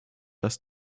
dass